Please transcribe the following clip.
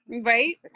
Right